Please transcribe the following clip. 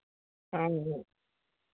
ᱦᱮᱸ